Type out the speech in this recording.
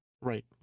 Right